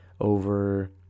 over